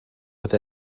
with